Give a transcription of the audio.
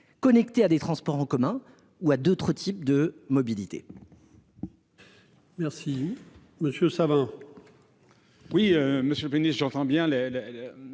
connectés à des transports en commun ou à d'autres types de mobilités.